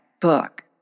book